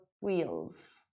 wheels